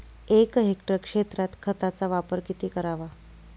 एक हेक्टर क्षेत्रात खताचा वापर किती करावा?